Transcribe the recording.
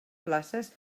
places